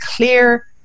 Clear